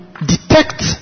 detect